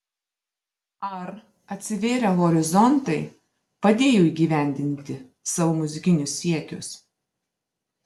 ar atsivėrę horizontai padėjo įgyvendinti savo muzikinius siekius